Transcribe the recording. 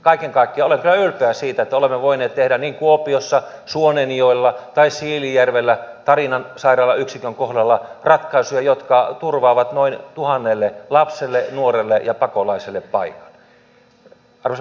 kaiken kaikkiaan olen kyllä ylpeä siitä että olemme voineet tehdä niin kuopiossa suonenjoella kuin siilinjärvellä tarinan sairaalan yksikön kohdalla ratkaisuja jotka turvaavat noin tuhannelle lapselle nuorelle ja pakolaiselle paikan